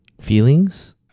Feelings